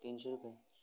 तीनशे रुपये